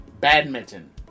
Badminton